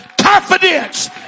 confidence